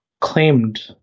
claimed